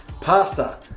Pasta